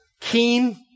keen